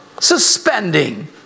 suspending